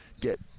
get